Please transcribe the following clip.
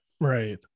Right